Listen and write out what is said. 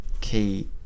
key